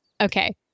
Okay